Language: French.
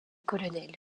colonel